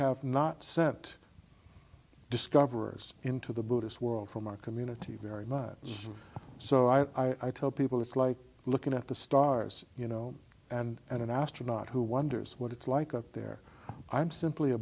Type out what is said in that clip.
have not sent discoverers into the buddhist world from our community very much so i tell people it's like looking at the stars you know and an astronaut who wonders what it's like up there i'm simply a